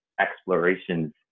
explorations